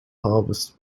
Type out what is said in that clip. harvest